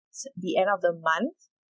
the end of the month